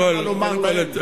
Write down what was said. קודם כול,